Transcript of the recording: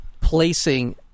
placing